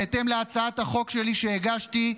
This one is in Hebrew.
בהתאם להצעת החוק שהגשתי,